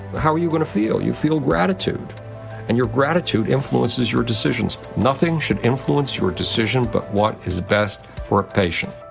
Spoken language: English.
how are you gonna feel? you feel gratitude and your gratitude influences your decisions. nothing should influence your decision but what is best for a patient.